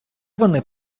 вони